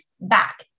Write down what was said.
back